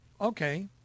Okay